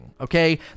okay